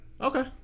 Okay